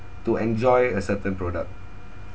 to enjoy a certain product